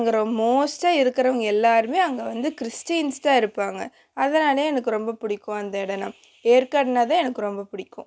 அங்கே மோஸ்ட்டாக இருக்கிறவங்க எல்லோருமே அங்கே வந்து கிறிஸ்டின்ஸ் தான் இருப்பாங்க அதனால் எனக்கு ரொம்ப பிடிக்கும் அந்த இடனா ஏற்காடுனால் தான் எனக்கு ரொம்ப பிடிக்கும்